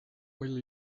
will